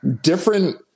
different